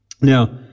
Now